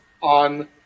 on